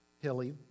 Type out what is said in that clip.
Hilly